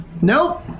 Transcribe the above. Nope